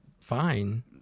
fine